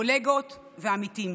קולגות ועמיתים.